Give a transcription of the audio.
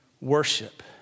worship